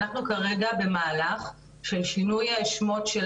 אנחנו כרגע במהלך של שינוי שמות של